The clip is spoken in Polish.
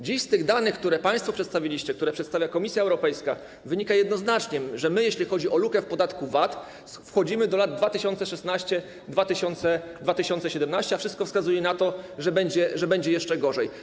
Dziś z tych danych, które państwo przedstawiliście, które przedstawia Komisja Europejska, wynika jednoznacznie, że jeśli chodzi o lukę w podatku VAT, wchodzimy do lat 2016 i 2017, a wszystko wskazuje na to, że będzie jeszcze gorzej.